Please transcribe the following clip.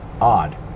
Odd